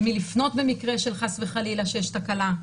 למי לפנות במקרה שחס וחלילה יש תקלה.